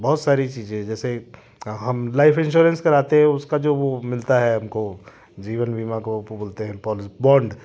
बहुत सारी चीज़ें हैं जैसे हम लाइफ इंस्योरेंस कराते हैं उसका जो वो मिलता है हमको जीवन बीमा को उसको बोलते है